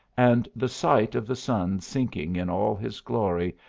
and the sight of the sun sinking in all his glory,